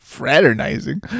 Fraternizing